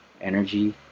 energy